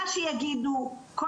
מה שיגידו כל